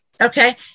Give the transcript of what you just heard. Okay